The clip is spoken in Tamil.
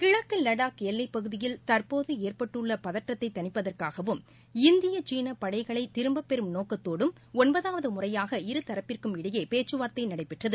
கிழக்கு லடாக் எல்லைப் பகுதியில் தற்போது ஏற்பட்டுள்ள பதற்றத்தை தணிப்பதற்காகவும் இந்திய சீன படைகளை திரும்பப் பெறும் நோக்கத்தோடும் ஒன்பதாவது முறையாக இரு தரப்பிற்கும் இடையே பேச்சுவார்த்தை நடைபெற்றது